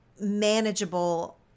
manageable